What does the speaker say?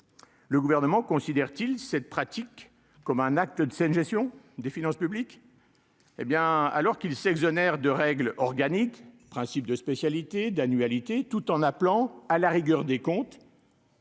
le gouvernement considère-t-il cette pratique comme un acte de saine gestion des finances publiques, hé bien, alors qu'il s'exonère de règles organique, principe de spécialité d'annualité tout en appelant à la rigueur des comptes.